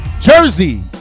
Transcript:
Jersey